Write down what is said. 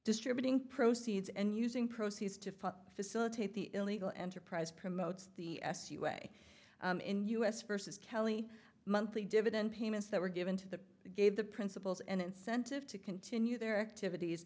distributing proceeds and using proceeds to facilitate the illegal enterprise promotes the s u way in us vs kelley monthly dividend payments that were given to the gave the principals an incentive to continue their activities